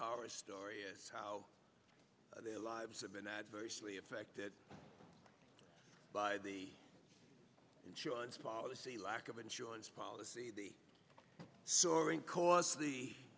hard story of how their lives have been adversely affected by the insurance policy lack of insurance policy the soaring costs the